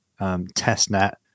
testnet